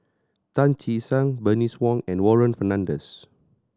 Tan Che Sang Bernice Wong and Warren Fernandez